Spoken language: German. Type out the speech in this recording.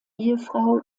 ehefrau